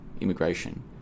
immigration